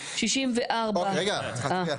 64. רגע, צריך להצביע.